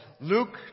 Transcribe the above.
Luke